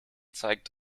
zeigt